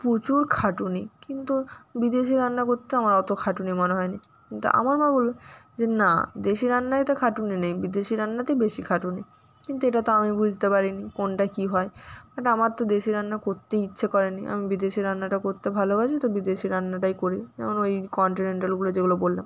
প্রচুর খাটুনি কিন্তু বিদেশি রান্না করতে আমার অতো খাটুনি মনে হয় নি তা আমার মা বলবে যে না দেশি রান্নায় তো খাটুনি নেই বিদেশি রান্নাতেই বেশি খাটুনি কিন্তু এটা তো আমি বুঝতে পারি নি কোনটা কী হয় বাট আমার তো দেশি রান্না করতেই ইচ্ছে করে নি আমি বিদেশি রান্নাটা করতে ভালোবাসি তো বিদেশি রান্নাটাই করি যেমন ওই কন্টিনেন্টালগুলো যেগুলো বললাম